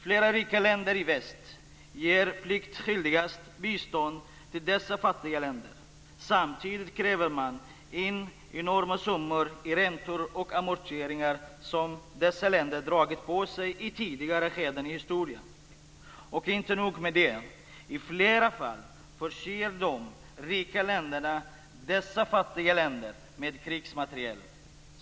Flera rika länder i väst ger pliktskyldigast bistånd till dessa fattiga länder. Samtidigt kräver man in enorma summor i räntor och amorteringar som dessa länder dragit på sig i tidigare skeden i historien. Och inte nog med det. I flera fall förser de rika länderna dessa fattiga länder med krigsmateriel.